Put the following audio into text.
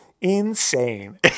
insane